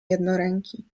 jednoręki